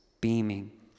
beaming